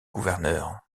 gouverneur